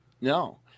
No